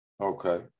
Okay